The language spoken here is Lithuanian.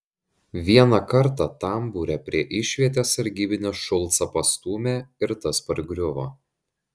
vieną kartą tambūre prie išvietės sargybinis šulcą pastūmė ir tas pargriuvo